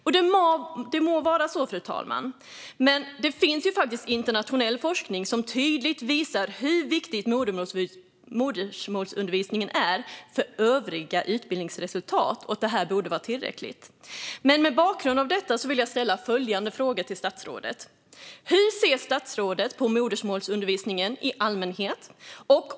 Må så vara, fru talman, men det finns faktiskt internationell forskning som tydligt visar hur viktig modersmålsundervisningen är för övriga utbildningsresultat. Det borde vara tillräckligt. Mot bakgrund av detta vill jag ställa följande frågor till statsrådet: Hur ser statsrådet på modersmålsundervisningen i allmänhet?